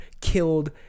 killed